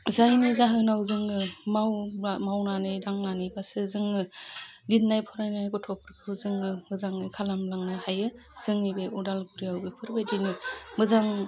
जायनि जाहोनाव जोङो माव मावनानै दांनानैबासो जोङो लितनाय फरायनाय गथ'फोरखौ जोङो मोजाङै खालामलांनो हायो जोंनि बे अदालगुरियाव बेफोरबायदिनो मोजां